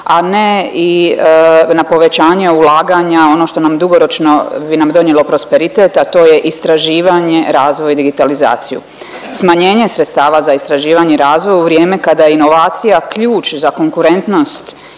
a ne i na povećanje ulaganja ono što nam dugoročno bi nam donijelo prosperitet, a to je istraživanje, razvoj, digitalizaciju. Smanjenje sredstava za istraživanje i razvoj u vrijeme kad je inovacija ključ za konkurentnost